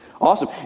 Awesome